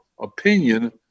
opinion